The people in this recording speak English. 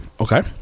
Okay